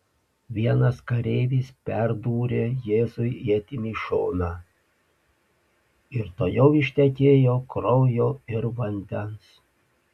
vienas kareivis perdūrė jėzui ietimi šoną ir tuojau ištekėjo kraujo ir vandens